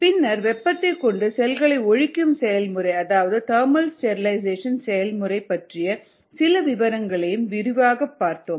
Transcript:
பின்னர் வெப்பத்தைக் கொண்டு செல்களை ஒழிக்கும் செயல்முறை அதாவது தர்மல் ஸ்டெரிலைசேஷன் செயல்முறை பற்றிய சில விவரங்களை விரிவாகக் பார்த்தோம்